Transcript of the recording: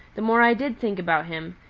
the more i did think about him,